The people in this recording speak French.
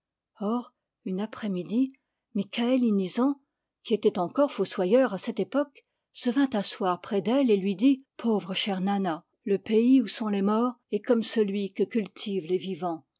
or une après-midi mikaël inizan qui était encore fossoyeur à cette époque se vint asseoir près d'elle et lui dit pauvre chère nanna le pays où sont les morts est comme celui que cultivent les vivants